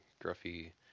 Gruffy